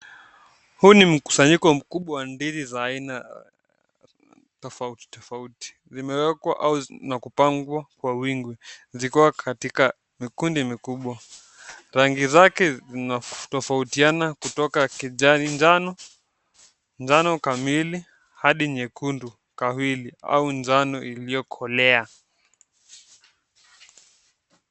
Huu ni mkusanyiko mkubwa wa ndizi za aina tofauti tofauti. Zimewekwa au zinapangwa kwa wingi. Zikuwa katika mikundi mikubwa. Rangi zake zinatofautiana kutoka kijani, njano, njano kamili, hadi nyekundu, kahawili au njano iliyokolea.